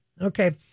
Okay